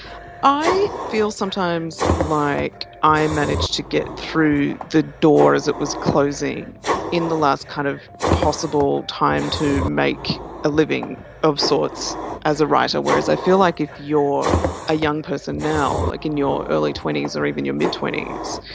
i feel sometimes like i managed to get through the door as it was closing in the last kind of possible time to make a living of sorts as a writer, whereas i feel like if you are a young person now like in your early twenty s or even your mid twenty s,